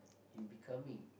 you becoming